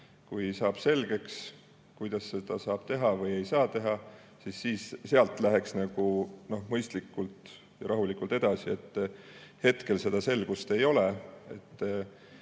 Kui saab selgeks, kuidas seda saab või ei saa teha, siis läheks mõistlikult ja rahulikult edasi. Hetkel seda selgust ei ole,